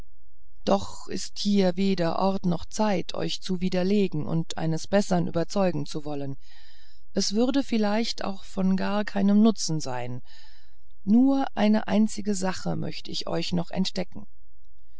doch ist es hier weder ort noch zeit euch zu widerlegen und eines bessern überzeugen zu wollen es würde vielleicht auch von gar keinem nutzen sein nur eine einzige sache möcht ich euch noch entdecken